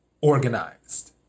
organized